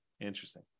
interesting